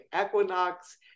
equinox